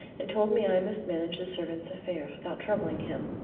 and told me i must manage the servants' affairs without troubling him.